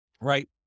right